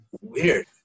weird